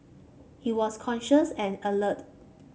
he was conscious and alert